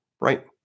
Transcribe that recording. Right